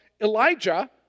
Elijah